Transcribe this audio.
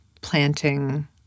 planting